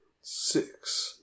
Six